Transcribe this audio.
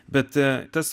bet tas